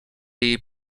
jej